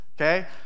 okay